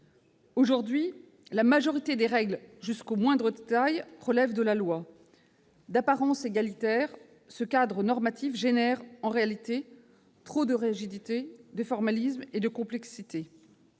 sociale. La majorité des règles, jusqu'au moindre détail, relève de la loi. D'apparence égalitaire, ce cadre normatif crée en réalité trop de rigidité, de formalisme et de complexité.